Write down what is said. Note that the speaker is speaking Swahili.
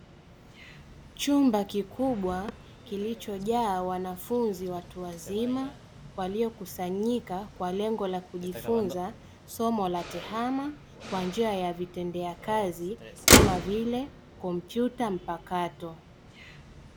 Chumba kikubwa kilicho jaa wanafunzi watu wazima waliokusanyika kwa lengo la kujifunza somo la TEHAMA kwa njia ya vitendea kazi kama vile kompyuta mpakato.